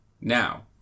Now